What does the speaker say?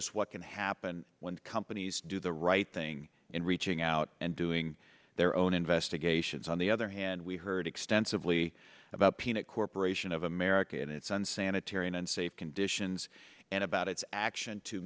us what can happen when companies do the right thing in reaching out and doing their own investigations on the other hand we heard extensively about peanut corporation of america and its unsanitary in unsafe conditions and about its action to